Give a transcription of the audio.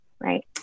right